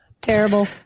Terrible